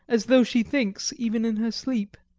as though she thinks even in her sleep.